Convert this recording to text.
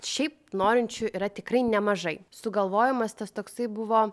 šiaip norinčių yra tikrai nemažai sugalvojimas tas toksai buvo